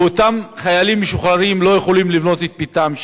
ואותם חיילים משוחררים לא יכולים לבנות את ביתם שם.